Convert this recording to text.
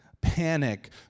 panic